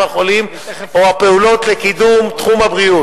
החולים או הפועלות לקידום תחום הבריאות.